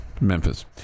Memphis